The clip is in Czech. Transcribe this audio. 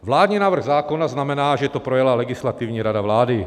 Vládní návrh zákona znamená, že to projela Legislativní rada vlády.